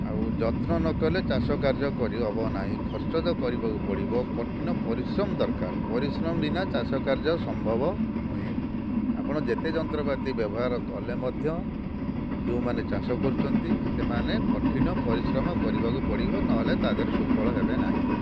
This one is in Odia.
ଆଉ ଯତ୍ନ ନକଲେ ଚାଷକାର୍ଯ୍ୟ କରିହେବ ନାହିଁ ଖର୍ଚ୍ଚ ତ କରିବାକୁ ପଡ଼ିବ କଠିନ ପରିଶ୍ରମ ଦରକାର ପରିଶ୍ରମ ବିନା ଚାଷ କାର୍ଯ୍ୟ ସମ୍ଭବ ନୁହେଁ ଆପଣ ଯେତେ ଯନ୍ତ୍ରପାତି ବ୍ୟବହାର କଲେ ମଧ୍ୟ ଯେଉଁମାନେ ଚାଷ କରୁଛନ୍ତି ସେମାନେ କଠିନ ପରିଶ୍ରମ କରିବାକୁ ପଡ଼ିବ ନହେଲେ ତା'ଦେହରେ ସୁଫଳ ହେବେ ନାହିଁ